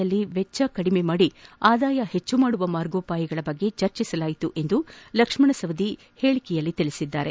ಯಲ್ಲಿ ವೆಚ್ಚ ಕಡಿಮೆ ಮಾಡಿ ಆದಾಯ ಹೆಚ್ಚಿಸುವ ಮಾರ್ಗೋಪಾಯದ ಬಗ್ಗೆ ಚರ್ಚಿಸಲಾಯಿತು ಎಂದು ಲಕ್ಷ್ಮಣ ಸವದಿ ಹೇಳಿಕೆಯಲ್ಲಿ ತಿಳಿಸಿದ್ದಾರೆ